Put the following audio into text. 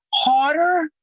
Harder